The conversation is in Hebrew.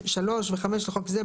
3 ו־5 לחוק זה,